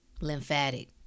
Lymphatic